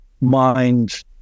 mind